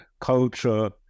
culture